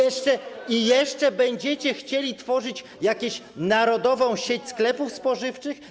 I jeszcze będziecie chcieli tworzyć jakąś narodową sieć sklepów spożywczych.